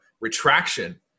retraction